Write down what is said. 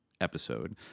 episode